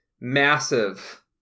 massive